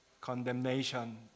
condemnation